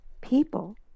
people